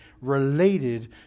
related